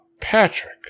Patrick